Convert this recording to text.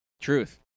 Truth